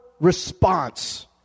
response